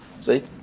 See